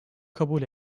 kabul